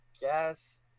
guess